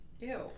ew